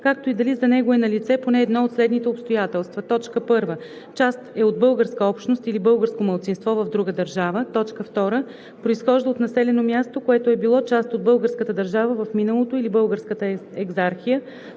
както и дали за него е налице поне едно от следните обстоятелства: 1. част е от българска общност или българско малцинство в друга държава; 2. произхожда от населено място, което е било част от българската държава в миналото или Българската екзархия;